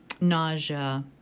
nausea